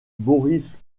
boris